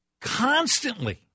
constantly